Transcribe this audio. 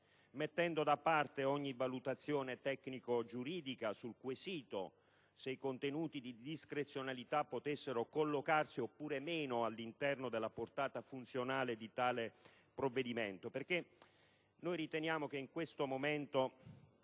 mettendo da parte ogni valutazione tecnico-giuridica sul quesito se i contenuti di discrezionalità possano collocarsi o meno all'interno della portata funzionale di tale provvedimento. Riteniamo infatti che in questo momento